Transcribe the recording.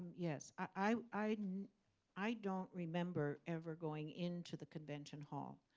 yes. i i don't remember ever going into the convention hall.